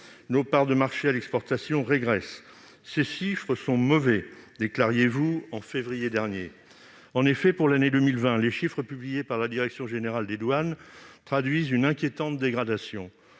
Nos parts de marché à l'exportation régressent. « Ces chiffres sont mauvais », déclariez-vous en février dernier. En effet, pour l'année 2020, les chiffres publiés par la direction générale des douanes et droits indirects traduisent une inquiétante dégradation